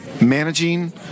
managing